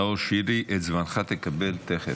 נאור שירי, תכף תקבל את זמנך.